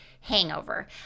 hangover